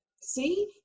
see